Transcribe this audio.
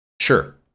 Sure